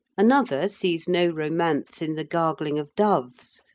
another sees no romance in the gargling of doves,